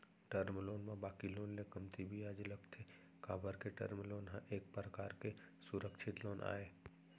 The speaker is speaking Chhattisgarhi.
टर्म लोन म बाकी लोन ले कमती बियाज लगथे काबर के टर्म लोन ह एक परकार के सुरक्छित लोन आय